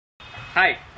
Hi